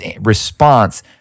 response